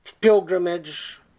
pilgrimage